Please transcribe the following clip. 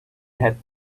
had